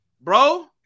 bro